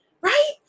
right